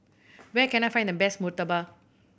where can I find the best murtabak